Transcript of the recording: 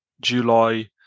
july